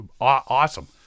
Awesome